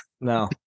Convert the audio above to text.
No